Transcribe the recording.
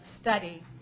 study